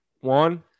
one